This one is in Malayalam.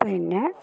പിന്നെ